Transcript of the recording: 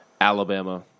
Alabama